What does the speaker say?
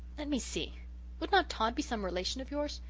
and me see would not tod be some relation of yours?